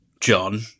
John